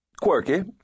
quirky